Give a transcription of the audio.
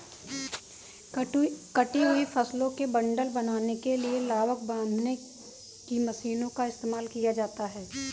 कटी हुई फसलों के बंडल बनाने के लिए लावक बांधने की मशीनों का इस्तेमाल किया जाता है